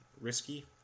risky